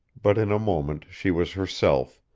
but in a moment she was herself,